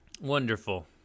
Wonderful